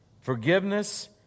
Forgiveness